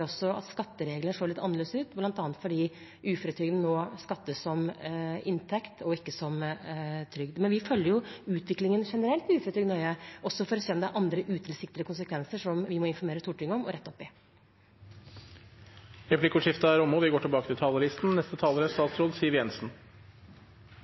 at skatteregler så litt annerledes ut, bl.a. fordi uføretrygden nå skattes som inntekt og ikke som trygd. Men vi følger utviklingen i uføretrygd nøye generelt, også for å se om det er andre utilsiktede konsekvenser som vi må informere Stortinget om og rette opp i. Dermed er replikkordskiftet omme. Jeg tenkte jeg skulle knytte noen få kommentarer til det som er